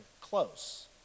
close